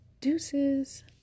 Deuces